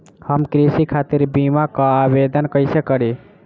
हम कृषि खातिर बीमा क आवेदन कइसे करि?